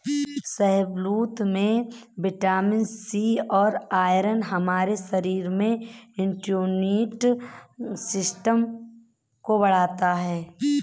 शाहबलूत में vitamin C और आयरन हमारे शरीर में इम्युनिटी सिस्टम को बढ़ता है